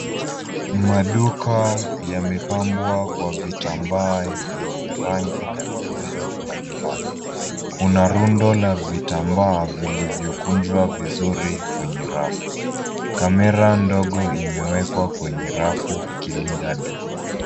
Maduka yamepambwa kwa vitambaa yenye rangi na miundo mbalimbali, kuna rundo la vitambaa vilivyoundwa vizuri kwenye rafu. Kamera ndogo imewekwa kwenye rafu ikilinda duka.